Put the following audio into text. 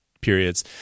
periods